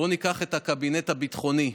בואו ניקח את הקבינט הביטחוני,